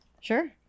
Sure